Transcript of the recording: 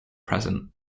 present